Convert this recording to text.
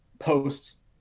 posts